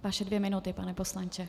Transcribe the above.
Vaše dvě minuty, pane poslanče.